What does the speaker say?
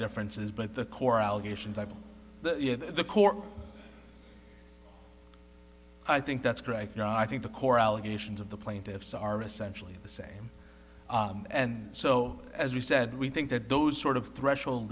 differences but the core allegations are the core i think that's correct i think the core allegations of the plaintiffs are essentially the same and so as we said we think that those sort of threshold